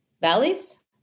valleys